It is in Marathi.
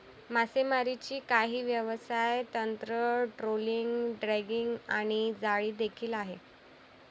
मासेमारीची काही व्यवसाय तंत्र, ट्रोलिंग, ड्रॅगिंग आणि जाळी देखील आहे